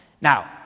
Now